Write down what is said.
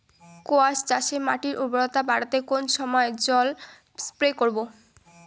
কোয়াস চাষে মাটির উর্বরতা বাড়াতে কোন সময় জল স্প্রে করব?